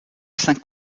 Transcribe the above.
cinq